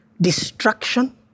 destruction